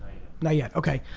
not yet, okay.